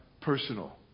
personal